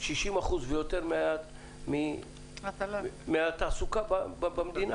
60% ויותר מהתעסוקה במדינה.